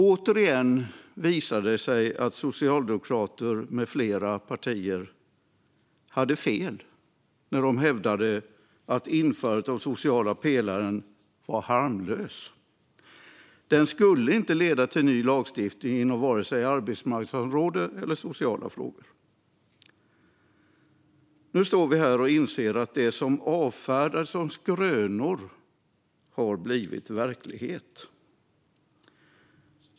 Återigen visar det sig att Socialdemokraterna med flera partier hade fel när de hävdade att införandet av den sociala pelaren var harmlöst. Den skulle inte leda till ny lagstiftning inom vare sig arbetsmarknadsområdet eller i sociala frågor. Nu står vi här och inser att det som avfärdades som skrönor har blivit verklighet.